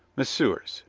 messieurs,